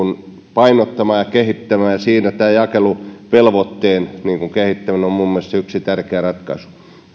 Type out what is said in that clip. painottamaan ja kehittämään ja siinä tämän jakeluvelvoitteen kehittäminen on minun mielestäni yksi tärkeä ratkaisu